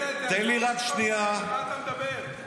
--- על בושה בכנסת --- על מה אתה מדבר?